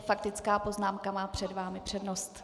Faktická poznámka má před vámi přednost.